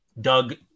doug